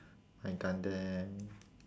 my gundam